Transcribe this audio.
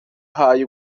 ihaye